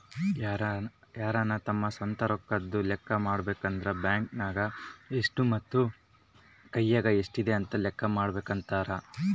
ಯಾರನ ತಮ್ಮ ಸ್ವಂತ ರೊಕ್ಕದ್ದು ಲೆಕ್ಕ ಮಾಡಬೇಕಂದ್ರ ಬ್ಯಾಂಕ್ ನಗ ಎಷ್ಟು ಮತ್ತೆ ಕೈಯಗ ಎಷ್ಟಿದೆ ಅಂತ ಲೆಕ್ಕ ಮಾಡಕಂತರಾ